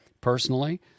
personally